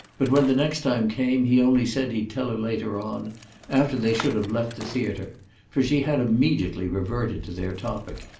but when the next time came he only said he'd tell her later on after they should have left the theatre for she had immediately reverted to their topic,